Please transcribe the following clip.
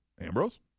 Ambrose